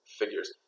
figures